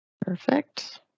perfect